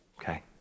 okay